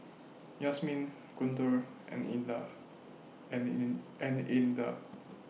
Yasmin Guntur and Indah and in and Indah